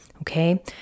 okay